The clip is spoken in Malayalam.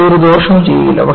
അത് ഒരു ദോഷവും ചെയ്യില്ല